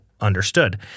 understood